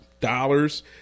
dollars